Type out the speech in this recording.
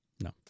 No